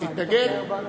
אתה תתנגד?